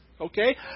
okay